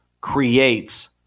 creates